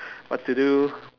what to do